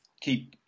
keep